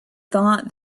thought